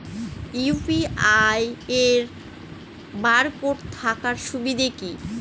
UPI এর barcode থাকার সুবিধে কি?